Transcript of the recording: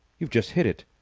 you've just hit it.